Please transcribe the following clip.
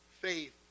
faith